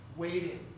Waiting